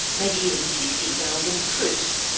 maybe even sixty thousand troops.